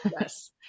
Yes